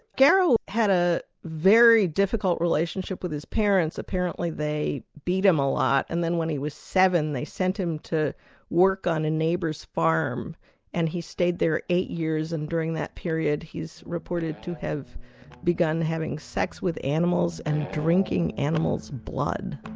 garrow had a very difficult relationship with his parents. apparently they beat him a lot and then when he was seven, they sent him to work on a neighbour's farm and he stayed there eight years and during that period he is reported to have begun having sex with animals and drinking animals' blood.